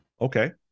Okay